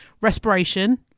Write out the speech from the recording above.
Respiration